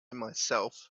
myself